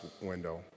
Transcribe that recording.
window